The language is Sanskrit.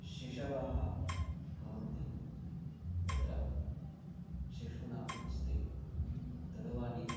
शिशवः भवन्ति तत्र शिशूनां हस्ते दूरवाणी